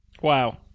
wow